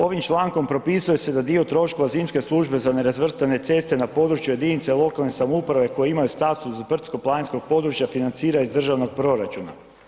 Ovim člankom propisuje se da dio troškova zimske službe za nerazvrstane ceste na području jedinice lokalne samouprave koje imaju status brdsko-planinskog područja, financira iz državnog proračuna.